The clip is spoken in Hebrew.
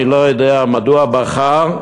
אני לא יודע מדוע הוא בחר,